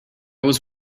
was